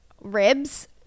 ribs